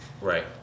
right